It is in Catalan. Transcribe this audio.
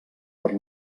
per